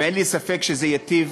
ואין לי ספק שזה ייטיב